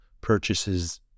purchases